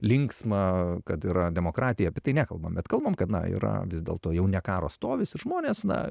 linksma kad yra demokratija apie tai nekalbam bet kalbam kad na yra vis dėlto jau ne karo stovis ir žmonės na